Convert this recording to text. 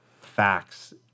facts